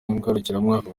ngarukamwaka